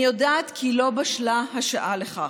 אני יודעת כי לא בשלה השעה לכך.